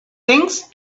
things